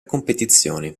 competizioni